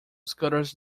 scudder’s